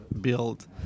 build